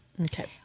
Okay